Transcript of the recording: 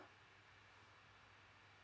uh